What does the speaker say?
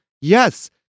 Yes